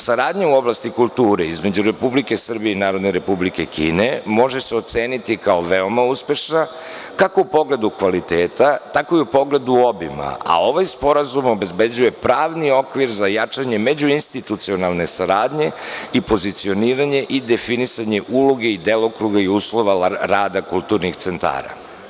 Saradnja u oblasti kulture između Republike Srbije i Narodne Republike Kine može se oceniti kao veoma uspešna, kako u pogledu kvaliteta, tako i u pogledu obima, a ovaj sporazum obezbeđuje pravni okvir za jačanje međuinstitucionalne saradnje i pozicioniranje i definisanje uloge i delokruga i uslova rada kulturnih centara.